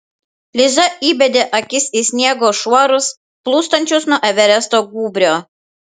liza įbedė akis į sniego šuorus plūstančius nuo everesto gūbrio